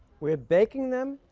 we're baking them,